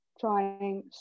trying